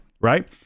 right